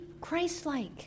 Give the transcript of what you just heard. Christ-like